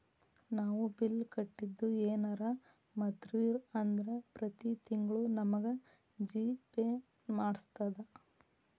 ನಾವು ಬಿಲ್ ಕಟ್ಟಿದ್ದು ಯೆನರ ಮರ್ತ್ವಿ ಅಂದ್ರ ಪ್ರತಿ ತಿಂಗ್ಳು ನಮಗ ಜಿ.ಪೇ ನೆನ್ಪ್ಮಾಡ್ತದ